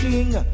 King